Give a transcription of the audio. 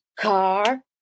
car